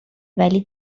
ولی